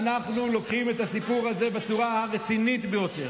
אנחנו לוקחים את הסיפור הזה בצורה הרצינית ביותר.